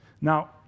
Now